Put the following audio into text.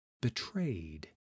betrayed